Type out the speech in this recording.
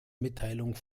mitteilung